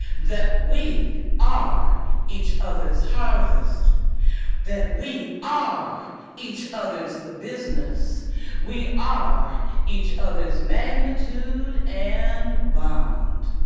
that we are each other's harvest that we are each other's business we are each other's magnitude and bond.